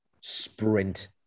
sprint